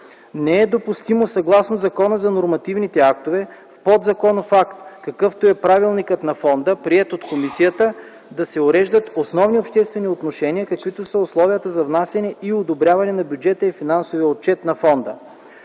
Не е допустимо съгласно Закона за нормативните актове в подзаконов акт, какъвто е Правилникът на Фонда, приет от комисията, да се уреждат основни обществени отношения, каквито са условията за внасяне и одобряване на бюджета и финансовия отчет на Фонда.